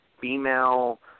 female